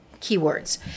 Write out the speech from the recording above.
keywords